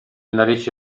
narici